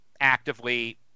actively